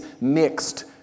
mixed